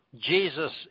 Jesus